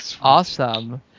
Awesome